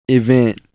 event